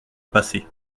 passé